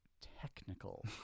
technical